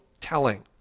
telling